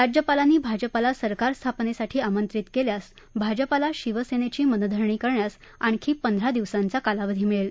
राज्यापालांनी भाजपाला सरकार स्थापनेसाठी आमंत्रित केल्यास भाजपाला शिवसेनेची मनधरणी करण्यास आणखी पंधरा दिवसांचा कालावधी मिळेल